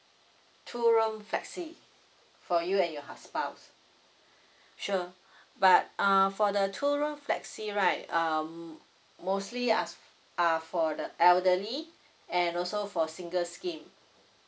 two room flexi for you and your hu~ spouse sure but err for the two room flexi right um mostly are are for the elderly and also for single scheme